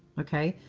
ok.